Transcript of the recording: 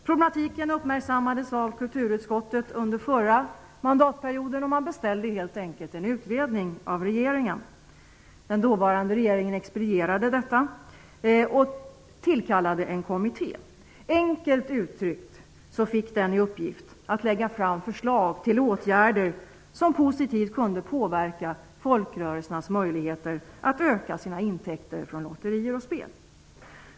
Problematiken uppmärksammades av kulturutskottet under förra mandatperioden, och man beställde helt enkelt en utredning av regeringen. Den dåvarande regeringen expedierade detta och tillkallade en kommitté. Enkelt uttryckt fick den i uppgift att lägga fram förslag till åtgärder som positivt kunde påverka folkrörelsernas möjligheter att öka sina intäkter från lotterier och spel.